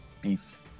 beef